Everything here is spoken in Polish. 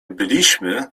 byliśmy